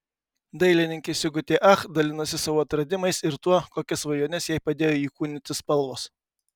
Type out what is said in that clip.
dailininkė sigutė ach dalinasi savo atradimais ir tuo kokias svajones jai padėjo įkūnyti spalvos